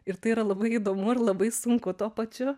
ir tai yra labai įdomu ir labai sunku tuo pačiu